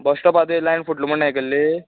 बस स्टोपा ती लायन फुटल्या म्हण आयकल्ली